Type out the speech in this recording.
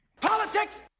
politics